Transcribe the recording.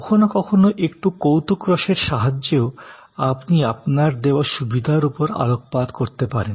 কখনও কখনও একটু কৌতুকরসের সাহায্যেও আপনি আপনার দেওয়া সুবিধার উপর আলোকপাত করতে পারেন